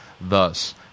thus